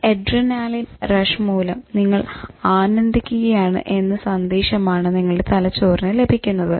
ഈ adrenaline rush മൂലം നിങ്ങൾ ആനന്ദിക്കുകയാണ് എന്ന സന്ദേശം ആണ് നിങ്ങളുടെ തലച്ചോറിന് ലഭിക്കുന്നത്